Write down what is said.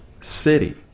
city